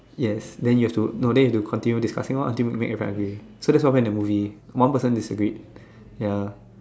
yes then you have to then you have to discussing orh until you make everyone agree so that's what happen happen in the movie one person disagreed ya